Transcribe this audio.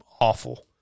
awful